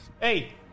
Hey